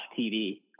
TV